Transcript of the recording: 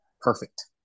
Perfect